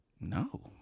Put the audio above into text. No